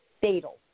Fatal